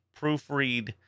proofread